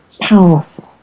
powerful